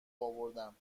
اوردم